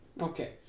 Okay